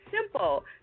simple